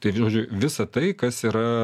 tai žodžiu visa tai kas yra